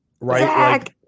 right